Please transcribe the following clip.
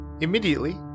Immediately